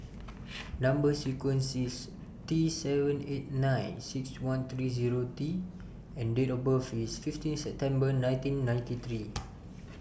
Number sequence IS T seven eight nine six one three Zero T and Date of birth IS fifteen September nineteen ninety three